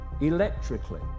electrically